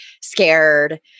scared